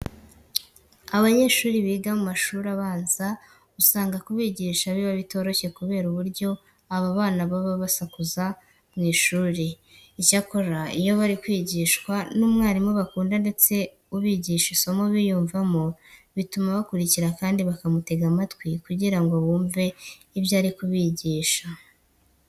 Abanyeshuri biga mu mashuri abanza usanga kubigisha biba bitoroshye kubera uburyo aba bana baba basakuza mu ishuri. Icyakora iyo bari kwigishwa n'umwarimu bakunda ndetse ubigisha isomo biyumvamo, bituma bakurikira kandi bakamutega amatwi kugira ngo bumve ibyo ari kubigisha.